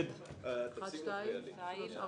לסעיף 1 לא נתקבלה.